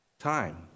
time